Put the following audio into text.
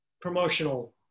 promotional